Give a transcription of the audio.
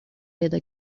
پیدا